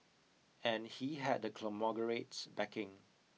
and he had the conglomerate's backing